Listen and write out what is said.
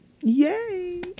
Yay